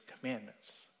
commandments